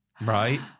Right